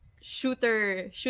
shooter